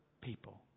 people